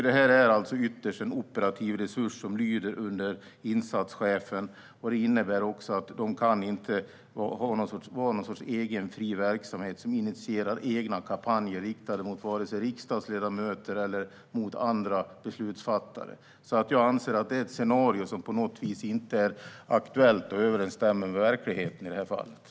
Det här är alltså ytterst en operativ resurs som lyder under insatschefen, och det innebär också att de inte kan vara någon sorts egen, fri verksamhet som initierar egna kampanjer riktade mot riksdagsledamöter eller andra beslutsfattare. Jag anser därför att det är ett scenario som inte på något vis är aktuellt eller överensstämmer med verkligheten.